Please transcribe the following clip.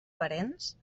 parents